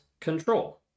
control